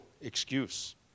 excuse